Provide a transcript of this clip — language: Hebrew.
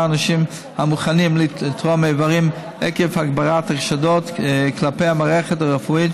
האנשים המוכנים לתרום איברים עקב הגברת החשדות כלפי המערכת הרפואית